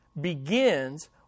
begins